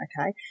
Okay